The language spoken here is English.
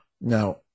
Now